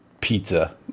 pizza